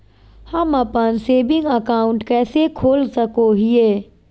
हम अप्पन saving account कइसे खोल सको हियै?